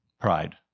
Pride